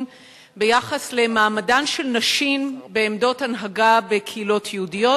ביחס למעמדן של נשים בעמדות הנהגה בקהילות יהודיות,